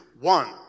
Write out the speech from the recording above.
One